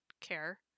care